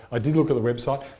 i did look at the website.